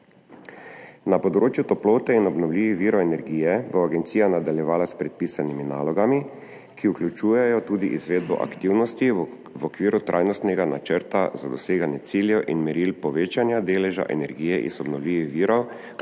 Na področju toplote in obnovljivih virov energije bo agencija nadaljevala s predpisanimi nalogami, ki vključujejo tudi izvedbo aktivnosti v okviru trajnostnega načrta za doseganje ciljev in meril povečanja deleža energije iz obnovljivih virov